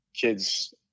kids